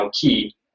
key